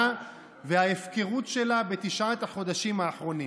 וההפקרות שלה בתשעת החודשים האחרונים,